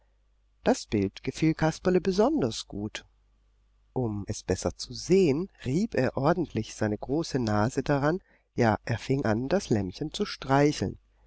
dies bild gefiel kasperle besonders gut um es besser zu sehen rieb er ordentlich seine große nase daran ja er fing an das lämmchen zu streicheln